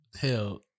hell